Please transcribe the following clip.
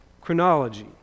chronology